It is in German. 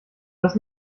das